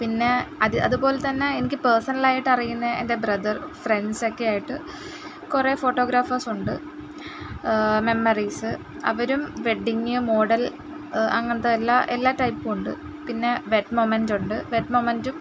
പിന്നെ അത് അതുപോലെ തന്നെ എനിക്ക് പേഴ്സണൽ ആയിട്ടറിയുന്ന എൻ്റെ ബ്രദർ ഫ്രണ്ട്സ് ഒക്കെ ആയിട്ട് കുറേ ഫോട്ടോഗ്രാഫേഴ്സ് ഉണ്ട് മെമ്മറീസ് അവരും വെഡിങ്ങ് മോഡൽ അങ്ങനത്തെ എല്ലാ എല്ലാ ടൈപ്പും ഉണ്ട് പിന്നെ വെഡ് മോമെൻറ് ഉണ്ട്